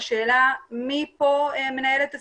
השאלה מי פה מנהל את הסיפור?